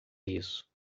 isso